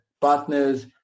partners